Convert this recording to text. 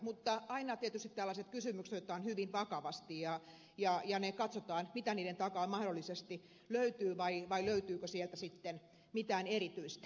mutta aina tietysti tällaiset kysymykset otetaan hyvin vakavasti ja katsotaan mitä niiden takaa mahdollisesti löytyy vai löytyykö sieltä sitten mitään erityistä